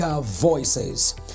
voices